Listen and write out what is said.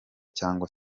cyangwa